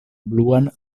bluan